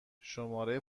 شماره